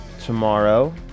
tomorrow